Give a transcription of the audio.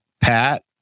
Pat